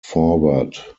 forward